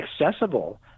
accessible